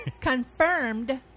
confirmed